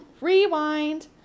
rewind